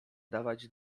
dawać